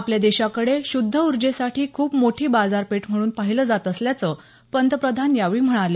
आपल्या देशाकडे शुद्ध उर्जेसाठी खूप मोठी बाजारपेठ म्हणून पाहिलं जात असल्याचं पंतप्रधान यावेळी म्हणाले